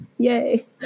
Yay